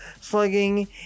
slugging